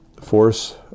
force